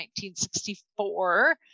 1964